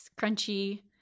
crunchy